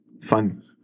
Fun